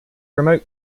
remote